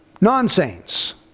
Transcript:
non-saints